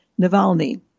Navalny